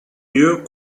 mieux